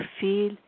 feel